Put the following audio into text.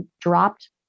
dropped